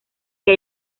que